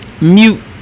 mute